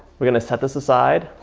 we're gonna set this aside